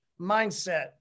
mindset